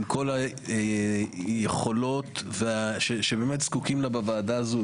עם כל היכולות שזקוקים להן בוועדה הזאת.